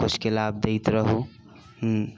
किछुके लाभ दैत रहू